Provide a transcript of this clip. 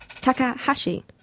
Takahashi